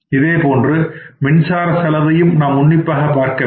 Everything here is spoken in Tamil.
இதேபோன்று மின்சார செலவையும் நாம் உன்னிப்பாகப் பார்க்கவேண்டும்